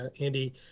Andy